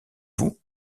vous